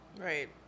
Right